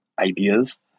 ideas